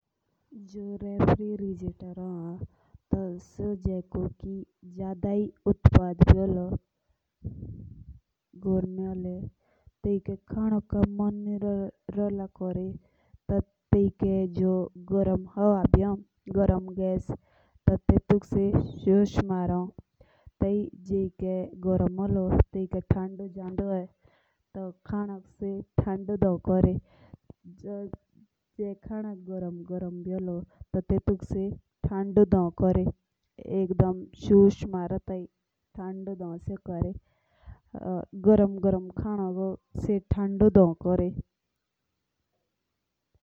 जो रफ़ारी रीजेत भी होलो तो जेइके कोई जादा ही गरमी होली या खाने का मन ही ना करो। तेई के से जो गर्म हवा भी हो तो सो तेतुक ठंडो देओं कोरी जो खानो भी होलो गर्म टेटुक भी सो ठंडा देओं कोरी।